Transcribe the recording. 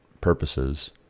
purposes